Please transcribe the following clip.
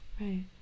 Right